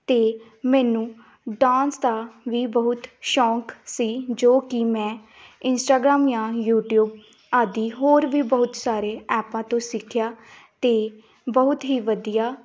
ਅਤੇ ਮੈਨੂੰ ਡਾਂਸ ਦਾ ਵੀ ਬਹੁਤ ਸ਼ੌਂਕ ਸੀ ਜੋ ਕਿ ਮੈਂ ਇੰਸਟਾਗਰਾਮ ਜਾਂ ਯੂਟੀਊਬ ਆਦਿ ਹੋਰ ਵੀ ਬਹੁਤ ਸਾਰੇ ਐਪਾਂ ਤੋਂ ਸਿੱਖਿਆ ਅਤੇ ਬਹੁਤ ਹੀ ਵਧੀਆ